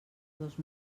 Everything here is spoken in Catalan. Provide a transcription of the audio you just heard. dos